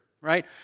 right